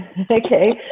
Okay